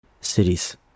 cities